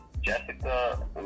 Jessica